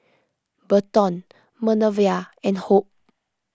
Berton Manervia and Hope